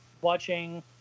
watching